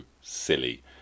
silly